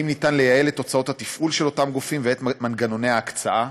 אם ניתן לייעל את הוצאות התפעול של אותם גופים ואת מנגנוני ההקצאה.